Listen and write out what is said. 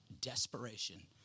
desperation